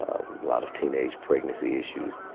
a lot of teenage pregnancy issues.